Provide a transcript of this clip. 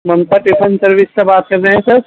Mamata tiffin service سے بات کر رہے ہیں سر